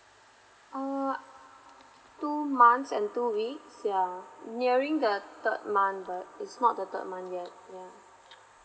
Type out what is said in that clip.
oh two months and two weeks yeah nearing the third month but it's not the third month yet